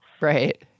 Right